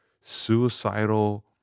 Suicidal